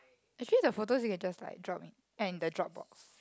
actually the photos you can just like drop and in the drop box